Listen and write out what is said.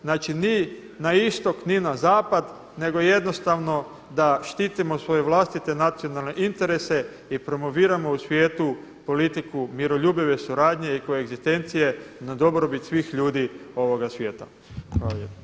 Znači ni na istok, ni na zapad nego jednostavno da štitimo svoje vlastite nacionalne interese i promoviramo u svijetu politiku miroljubive suradnje i koegzistencije na dobrobit svih ljudi ovoga svijeta.